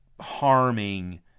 harming